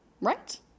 right